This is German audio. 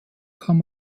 kann